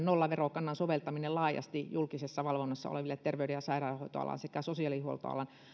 nollaverokannan soveltaminen laajasti julkisessa valvonnassa oleville terveyden ja sairaanhoitoalan sekä sosiaalihuoltoalan